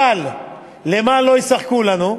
אבל לְמה לא ישחקו לנו?